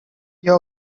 you